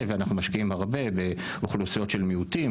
ואנחנו משקיעים הרבה באוכלוסיות של מיעוטים,